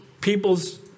people's